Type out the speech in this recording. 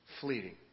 fleeting